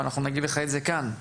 ואנחנו נגיד לך את זה כאן,